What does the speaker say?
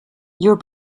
your